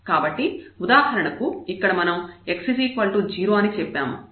కాబట్టి ఉదాహరణకు ఇక్కడ మనం x 0 అని చెప్పాము